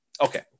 Okay